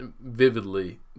vividly